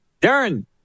Darren